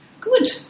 good